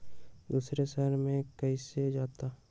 दूसरे शहर मे कैसे जाता?